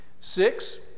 Six